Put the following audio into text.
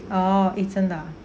orh isn't ah